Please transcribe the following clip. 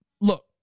Look